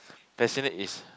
passionate is